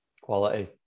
quality